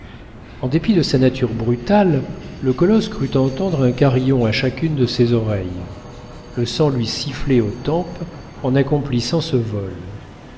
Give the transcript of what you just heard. en dépit de sa nature brutale le colosse crut entendre un carillon à chacune de ses oreilles le sang lui sifflait aux tempes en accomplissant ce vol